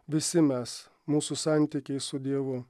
visi mes mūsų santykiai su dievu